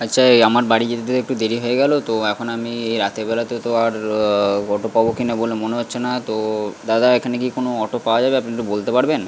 আচ্ছা এই আমার বাড়ি যেতে একটু দেরি হয়ে গেল তো এখন আমি রাতের বেলাতে তো আর অটো পাবো কিনা বলে মনে হচ্ছে না তো দাদা এখানে কি কোনো অটো পাওয়া যাবে আপনি একটু বলতে পারবেন